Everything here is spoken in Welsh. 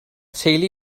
teulu